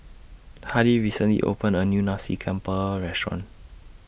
Hardie recently opened A New Nasi Campur Restaurant